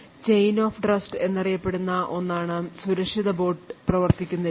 chain of trust എന്നറിയപ്പെടുന്ന ഒന്നാണ് സുരക്ഷിത ബൂട്ട് പ്രവർത്തിക്കുന്ന രീതി